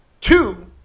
two